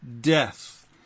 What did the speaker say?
death